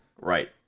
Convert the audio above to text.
right